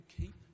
keep